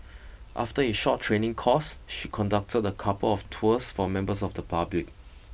after a short training course she conducted a couple of tours for members of the public